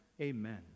Amen